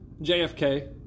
JFK